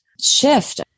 shift